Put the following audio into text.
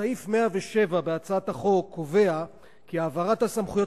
סעיף 107 בהצעת החוק קובע כי העברת הסמכויות